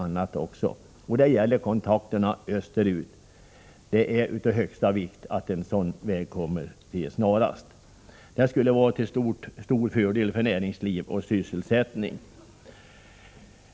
Det är av högsta vikt för kontakterna österut att en sådan väg kommer till stånd snarast. Den skulle vara till stor fördel för näringsliv och sysselsättning.